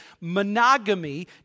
monogamy